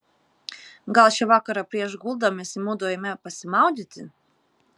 gal šį vakarą prieš guldamiesi mudu eime pasimaudyti